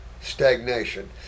stagnation